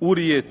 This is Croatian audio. ovaj,